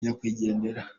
nyakwigendera